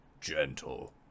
Gentle